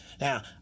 now